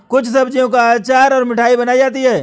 कुछ सब्जियों का अचार और मिठाई बनाई जाती है